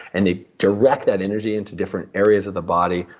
and they direct that energy into different areas of the body,